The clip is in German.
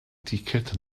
ticket